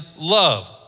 love